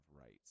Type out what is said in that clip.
rights